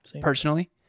personally